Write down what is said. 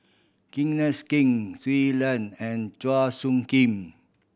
Kenneth Keng Shui Lan and Chua Soo Khim